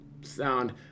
sound